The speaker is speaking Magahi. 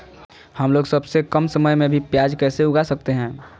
हमलोग सबसे कम समय में भी प्याज कैसे उगा सकते हैं?